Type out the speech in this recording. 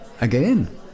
Again